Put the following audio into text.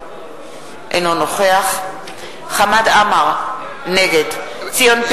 בעד חמד עמאר, נגד ציון פיניאן,